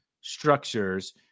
structures